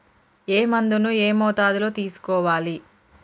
ఏ మందును ఏ మోతాదులో తీసుకోవాలి?